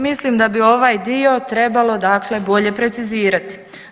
Mislim da bi ovaj dio trebalo dakle bolje precizirati.